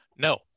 No